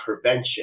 prevention